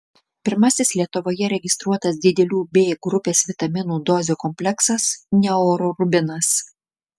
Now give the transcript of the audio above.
pirmasis lietuvoje registruotas didelių b grupės vitaminų dozių kompleksas neurorubinas